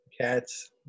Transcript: Cats